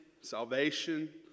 salvation